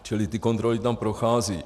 Čili ty kontroly tam procházejí.